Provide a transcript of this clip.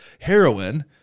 heroin